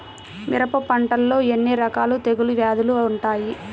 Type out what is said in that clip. మిరప పంటలో ఎన్ని రకాల తెగులు వ్యాధులు వుంటాయి?